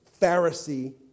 Pharisee